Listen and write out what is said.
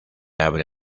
abre